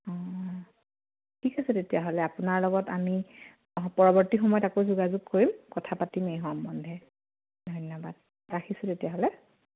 অ ঠিক আছে তেতিয়াহ'লে আপোনাৰ লগত আমি পৰৱৰ্তী সময়ত আকৌ যোগাযোগ কৰিম কথা পাতিম এই সম্বন্ধে ধন্যবাদ ৰাখিছোঁ তেতিয়াহ'লে